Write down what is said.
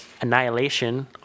Annihilation